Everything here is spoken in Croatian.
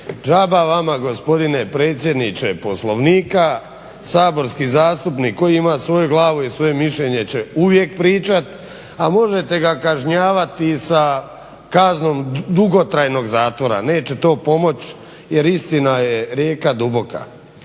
đaba vama gospodine predsjedniče Poslovnika, saborski zastupnik koji ima svoju glavu i svoje mišljenje će uvijek pričati, a možete ga kažnjavati i sa kaznom dugotrajnog zatvora. Neće to pomoći „jer istina je rijeka duboka“